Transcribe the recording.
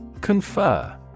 Confer